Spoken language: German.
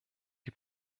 die